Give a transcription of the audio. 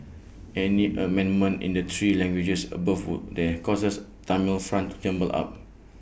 any amendment in the three languages above would have caused Tamil font jumble up